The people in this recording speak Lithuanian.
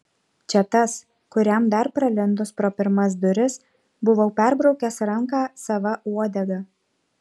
čia tas kuriam dar pralindus pro pirmas duris buvau perbraukęs ranką sava uodega